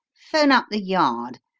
phone up the yard,